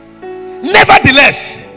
Nevertheless